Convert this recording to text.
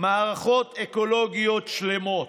מערכות אקולוגיות שלמות.